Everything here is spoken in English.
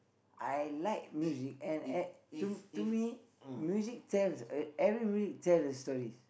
I like music and uh to to me music tells uh every music tells a story